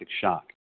shock